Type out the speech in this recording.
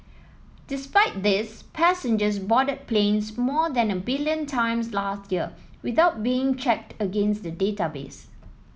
despite this passengers boarded planes more than a billion times last year without being checked against the database